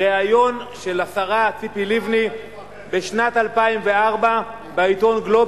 ריאיון של השרה ציפי לבני בשנת 2004 בעיתון "גלובס",